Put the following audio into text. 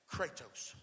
Kratos